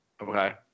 Okay